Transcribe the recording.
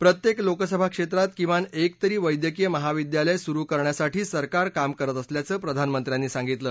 प्रत्येक लोकसभाक्षेत्रात किमान एक तरी वैद्यकीय महाविद्यालय सुरु करण्यावर सरकार काम करत असल्याचं प्रधानमंत्र्यांनी सांगितलं